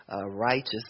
righteous